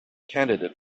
candidate